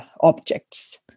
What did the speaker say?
objects